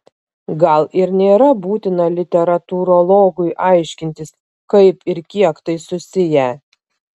gal ir nėra būtina literatūrologui aiškintis kaip ir kiek tai susiję